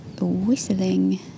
whistling